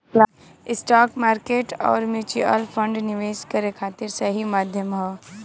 stock market आउर mutual fund निवेश करे खातिर सही माध्यम हौ